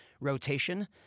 rotation